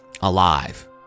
alive